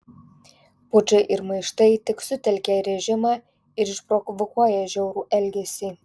pučai ir maištai tik sutelkia režimą ir išprovokuoja žiaurų elgesį